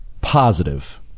positive